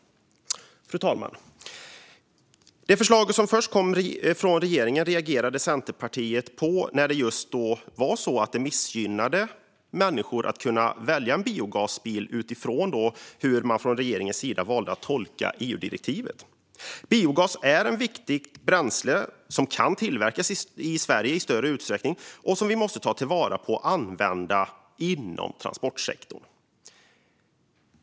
Centerpartiet reagerade på det förslag som först kom från regeringen eftersom det missgynnade människors möjligheter att välja en biogasbil utifrån hur man från regeringens sida valde att tolka EU-direktivet. Biogas är ett viktigt bränsle som kan tillverkas i Sverige i större utsträckning och som vi måste ta vara på och använda inom transportsektorn.